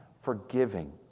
forgiving